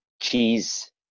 cheese